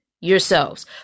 yourselves